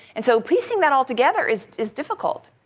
and so piecing that all together is is difficult.